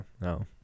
no